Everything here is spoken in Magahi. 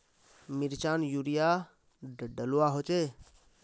मिर्चान यूरिया डलुआ होचे?